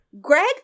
Greg